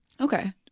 Okay